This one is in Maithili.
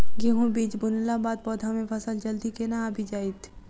गेंहूँ बीज बुनला बाद पौधा मे फसल जल्दी केना आबि जाइत?